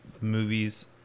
movies